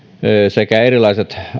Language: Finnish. sekä erilaiset